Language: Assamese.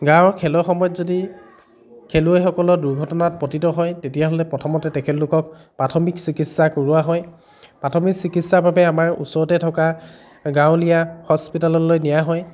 গাঁৱৰ খেলৰ সময়ত যদি খেলুৱৈসকলৰ দুৰ্ঘটনাত পতিত হয় তেতিয়া হ'লে প্ৰথমতে তেখেতলোকক প্ৰাথমিক চিকিৎসা কৰোৱা হয় প্ৰাথমিক চিকিৎসাৰ বাবে আমাৰ ওচৰতে থকা গাঁঁৱলীয়া হস্পিতাললৈ নিয়া হয়